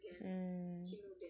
mm